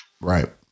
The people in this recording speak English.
Right